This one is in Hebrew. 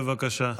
בבקשה.